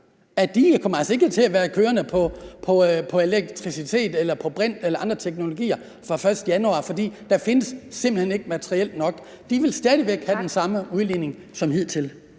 altså ikke kommer til at være kørende på elektricitet eller på brint eller andre teknologier fra den 1. januar, fordi der simpelt hen ikke findes materiel nok? De vil stadig væk have den samme udledning som hidtil.